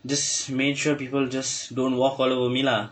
just made sure people just don't walk all over me lah